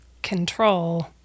control